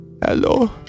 Hello